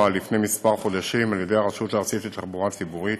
לפני חודשים אחדים על ידי הרשות הארצית לתחבורה ציבורית.